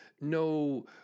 no